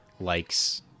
likes